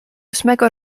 ósmego